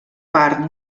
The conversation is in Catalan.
part